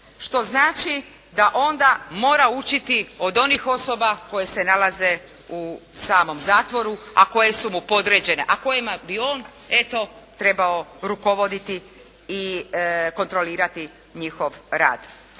što znači da onda mora učiniti od onih osoba koje se nalaze u samom zatvoru, a koje su mu podređene, a kojima bi on eto trebao rukovoditi i kontrolirati njihov rad.